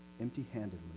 empty-handedly